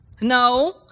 No